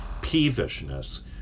peevishness